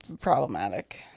problematic